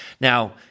Now